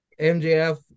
MJF